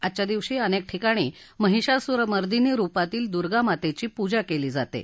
आजच्या दिवशी अनेक ठिकाणी महिषासुर मर्दिनी रुपातील दुर्गामातेची पूजा केली जाते